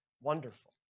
wonderful